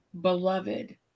beloved